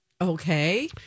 Okay